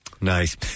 Nice